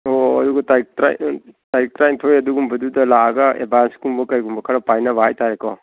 ꯑꯣ ꯑꯗꯨꯒ ꯇꯥꯔꯤꯛ ꯇꯔꯥꯅꯤꯊꯣꯏ ꯑꯒꯨꯝꯕꯗꯨꯗ ꯂꯥꯛꯑꯒ ꯑꯦꯠꯚꯥꯟꯁꯀꯨꯝꯕ ꯀꯔꯤꯒꯨꯝꯕ ꯈꯔ ꯄꯥꯏꯅꯕ ꯍꯥꯏꯇꯥꯔꯦꯀꯣ